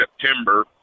September